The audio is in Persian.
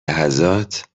لحظات